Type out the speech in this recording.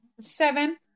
seven